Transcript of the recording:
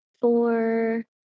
four